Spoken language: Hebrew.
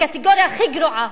הקטגוריה הכי גרועה.